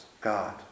God